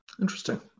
Interesting